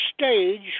stage